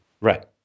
Right